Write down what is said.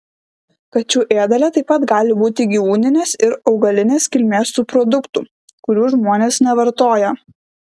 kačių ėdale taip pat gali būti gyvūnines ir augalinės kilmės subproduktų kurių žmonės nevartoja